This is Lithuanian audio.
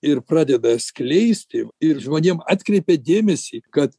ir pradeda skleisti ir žmonėm atkreipia dėmesį kad